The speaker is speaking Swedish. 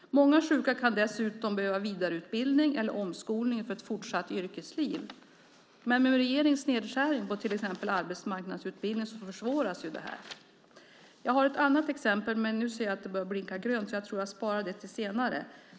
Många sjuka kan dessutom behöva vidareutbildning eller omskolning för ett fortsatt yrkesliv, men med regeringens nedskärning på till exempel arbetsmarknadsutbildning försvåras det. Jag har ett annat exempel. Men jag ser att min talartid snart är slut, så jag sparar det till senare.